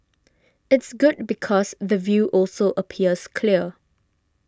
it's good because the view also appears clear